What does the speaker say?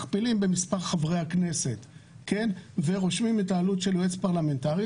מכפילים במספר חברי הכנסת ורושמים את העלות של יועץ פרלמנטרי,